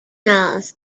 else